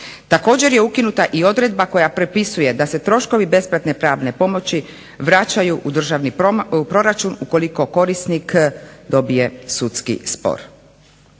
Također je ukinuta i odredba koja propisuje da se troškovi besplatne pravne pomoći vraćaju u državni proračun ukoliko korisnik dobije sudski spor.